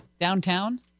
downtown